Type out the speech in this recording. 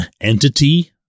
entity